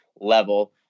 level